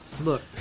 Look